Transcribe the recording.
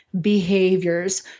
behaviors